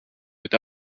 with